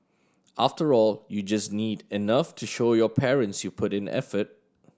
after all you just need enough to show your parents you put in effort